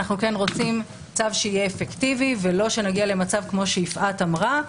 אנחנו כן רוצים צו שיהיה אפקטיבי ולא שנגיע למצב כמו שיפעת אמרה,